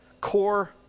core